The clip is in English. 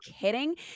kidding